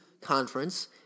conference